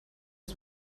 uns